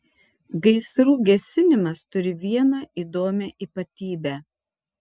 gaisrų gesinimas turi vieną įdomią ypatybę